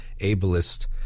ableist